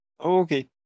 Okay